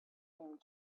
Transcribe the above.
came